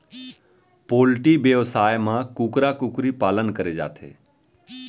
poultry बेवसाय म कुकरा कुकरी पालन करे जाथे